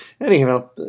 anyhow